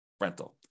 rental